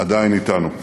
עדיין אתנו.